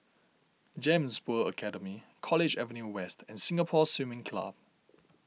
Gems World Academy College Avenue West and Singapore Swimming Club